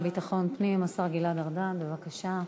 השר לביטחון פנים גלעד ארדן, בבקשה.